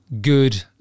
good